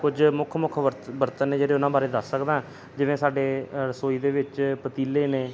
ਕੁਝ ਮੁੱਖ ਮੁੱਖ ਬਰਤ ਬਰਤਨ ਨੇ ਜਿਹੜੇ ਉਹਨਾਂ ਬਾਰੇ ਦੱਸ ਸਕਦਾ ਜਿਵੇਂ ਸਾਡੇ ਰਸੋਈ ਦੇ ਵਿੱਚ ਪਤੀਲੇ ਨੇ